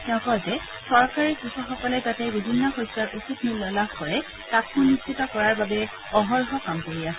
তেওঁ কয় যে চৰকাৰে কৃষকসকলে যাতে বিভিন্ন শস্যৰ উচিত মূল্য লাভ কৰে তাক সুনিশ্চিত কৰাৰ অৰ্থে অহৰহ কাম কৰি আছে